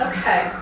Okay